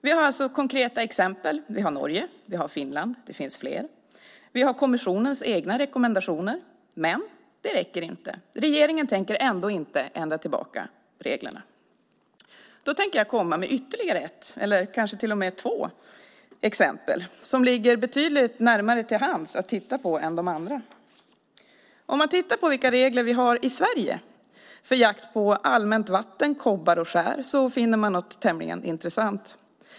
Vi har alltså konkreta exempel - vi har Norge, vi har Finland, det finns fler. Vi har också kommissionens egna rekommendationer. Men det räcker inte. Regeringen tänker ändå inte ändra tillbaka reglerna. Jag tänker komma med ytterligare ett, eller kanske till och med två, exempel som ligger betydligt närmare till hands att titta på än de andra. Om man tittar på vilka regler vi har i Sverige för jakt på allmänt vatten, kobbar och skär finner man något tämligen intressant.